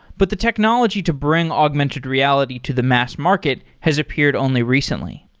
but the technology to bring augmented reality to the mass market has appeared only recently.